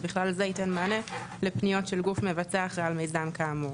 ובגלל זה ייתן מענה לפניות של גוף מבצע האחראי על המיזם כאמור.